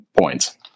points